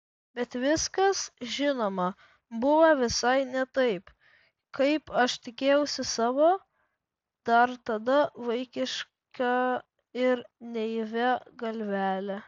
bet viskas žinoma buvo visai ne taip kaip aš tikėjausi savo dar tada vaikiška ir naivia galvele